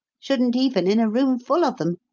shouldn't even in a room full of them.